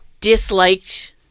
disliked